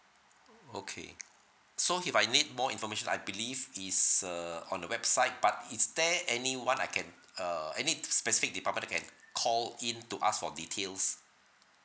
o~ okay so if I need more information I believe it's uh on the website but is there anyone I can uh any specific department that I can call in to ask for details